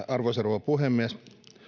arvoisa rouva puhemies